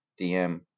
DM